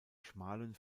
schmalen